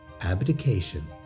abdication